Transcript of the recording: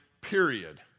period